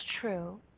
true